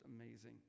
amazing